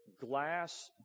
glass